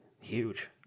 huge